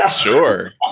Sure